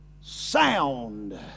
Sound